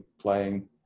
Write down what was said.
playing